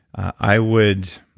i would,